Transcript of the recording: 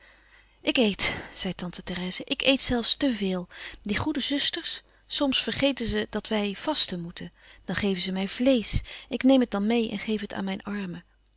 ik eet zei tante therèse ik eet zelfs te veel die goede zusters soms vergeten ze dat wij vasten moeten dan geven ze mij vleesch ik neem het dan meê en geef het aan mijn armen